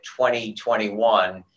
2021